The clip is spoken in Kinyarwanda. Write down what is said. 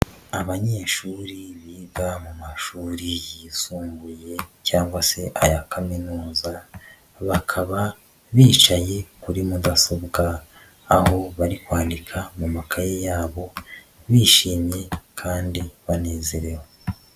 Abanyeshuri biga mu mashuri yisumbuye cyangwa se aya kaminuza, bakaba bicaye kuri mudasobwabwa aho bari kwandika mu makaye yabo bishimye kandi banezerewe.